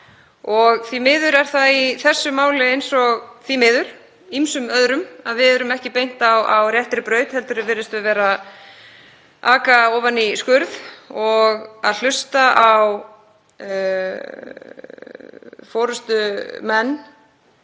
Því miður er það í þessu máli eins og ýmsum öðrum að við erum ekki beint á réttri braut heldur virðumst við vera að aka ofan í skurð og að hlusta á forystumenn